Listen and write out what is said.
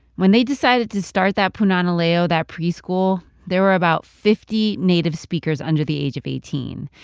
when they decided to start that punana leo that preschool there were about fifty native speakers under the age of eighteen.